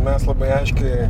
mes labai aiškiai